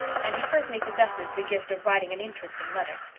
and he certainly possesses the gift of writing an interesting letter.